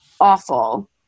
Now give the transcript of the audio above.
awful